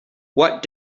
what